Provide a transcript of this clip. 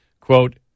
quote